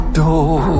door